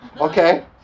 Okay